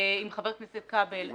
עם חבר הכנסת כבל,